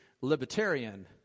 libertarian